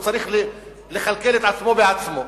הוא צריך לכלכל את עצמו בעצמו,